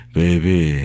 baby